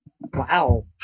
Wow